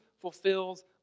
fulfills